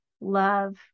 love